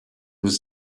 was